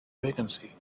vacancy